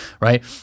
right